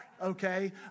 Okay